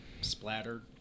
splattered